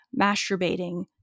masturbating